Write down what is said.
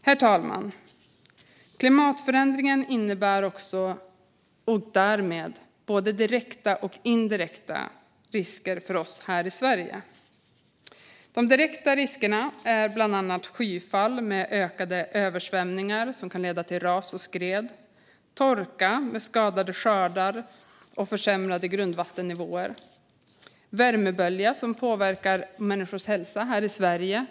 Herr talman! Klimatförändringen innebär därmed både direkta och indirekta risker för oss här i Sverige. De direkta riskerna är bland annat skyfall med ökade översvämningar, som kan leda till ras och skred, torka med skadade skördar och försämrade grundvattennivåer och värmebölja som påverkar människors hälsa här i Sverige.